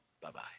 Bye-bye